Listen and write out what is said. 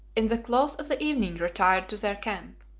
in the close of the evening, retired to their camp.